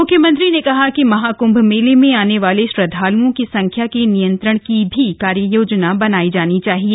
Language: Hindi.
मुख्यमंत्री ने कहा कि महाक्म्भ मेले में आने वाले श्रद्धाल्ओं की संख्या के नियंत्रण की भी कार्ययोजना बनायी जानी चाहिए